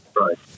Right